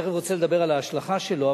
ותיכף אני אדבר על ההשלכה שלו,